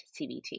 CBT